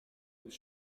was